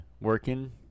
working